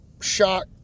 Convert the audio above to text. shock